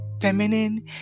feminine